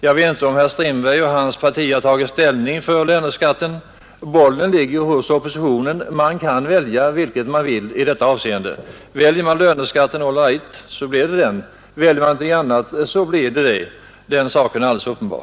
Jag vet inte om herr Strindberg och hans parti har tagit ställning för den skatten. Bollen ligger ju hos oppositionen — den kan välja vilket man vill i detta avseende. Väljer man löneskatten blir det den, väljer man någonting annat blir det detta. Den saken är alldeles uppenbar.